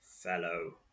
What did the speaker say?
Fellow